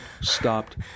stopped